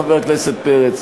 חבר הכנסת פרץ,